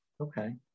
Okay